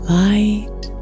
light